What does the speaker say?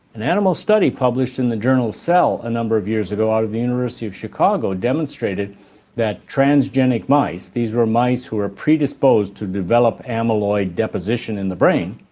an animal study published in the journal cell a number of years ago out of the university of chicago demonstrated that transgenic mice, these are mice who are predisposed to develop amyloid deposition in the brain,